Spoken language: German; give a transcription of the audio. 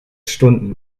stunden